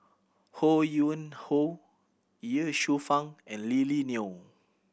Ho Yuen Hoe Ye Shufang and Lily Neo